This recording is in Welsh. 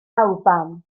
alban